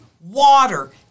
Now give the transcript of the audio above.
water